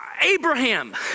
Abraham